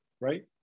Right